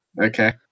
Okay